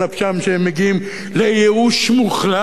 שהם מגיעים לייאוש מוחלט.